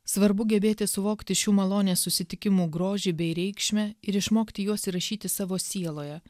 svarbu gebėti suvokti šių malonės susitikimų grožį bei reikšmę ir išmokti juos įrašyti savo sieloje